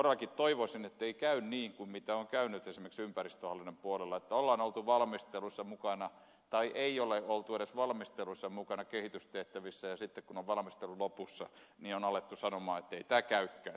todellakin toivoisin että ei käy niin kuin on käynyt esimerkiksi ympäristöhallinnon puolella että ei ole oltu edes valmistelussa mukana kehitystehtävissä ja sitten kun on valmistelu lopussa on alettu sanoa että ei tämä käykään